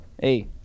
hey